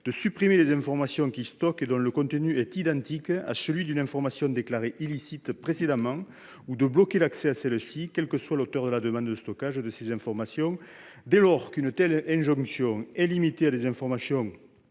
de supprimer les informations qu'il stocke et dont le contenu est identique à celui d'une information déclarée illicite précédemment ou de bloquer l'accès à celles-ci, quel que soit l'auteur de la demande de stockage de ces informations, dès lors qu'une telle injonction est limitée à des informations